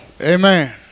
Amen